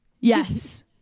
Yes